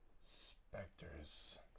specters